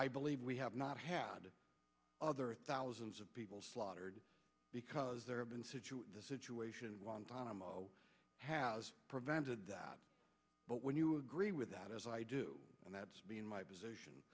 i believe we have not had other thousands of people slaughtered because there have been situ the situation one time has prevented that but when you agree with that as i do and that's been my position